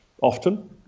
often